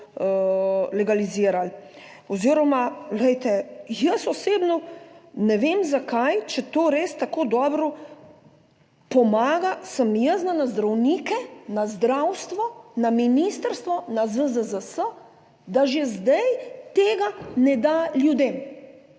legalizirali oziroma, glejte, jaz osebno ne vem zakaj, če to res tako dobro pomaga, sem jezna na zdravnike, na zdravstvo, na ministrstvo, na ZZZS, da že zdaj tega ne da ljudem.